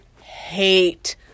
hate